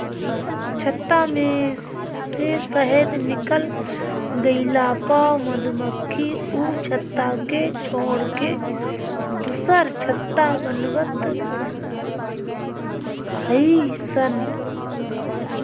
छत्ता में से शहद निकल गइला पअ मधुमक्खी उ छत्ता के छोड़ के दुसर छत्ता बनवत हई सन